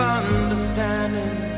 understanding